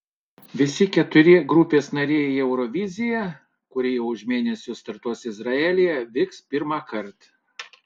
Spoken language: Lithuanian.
visi keturi grupės nariai į euroviziją kuri jau už mėnesio startuos izraelyje vyks pirmąkart